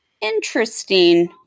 Interesting